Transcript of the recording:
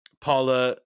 Paula